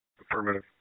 Affirmative